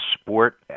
sport